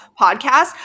podcast